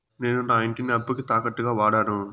నేను నా ఇంటిని అప్పుకి తాకట్టుగా వాడాను